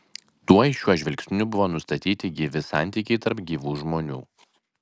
tuoj šiuo žvilgsniu buvo nustatyti gyvi santykiai tarp gyvų žmonių